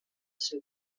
seu